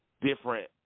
different